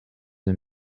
and